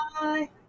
Bye